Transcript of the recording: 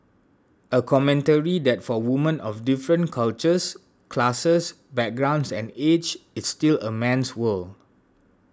a commentary that for women of different cultures classes backgrounds and age it's still a man's world